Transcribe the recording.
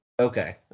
Okay